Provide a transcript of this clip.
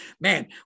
man